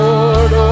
Lord